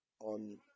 on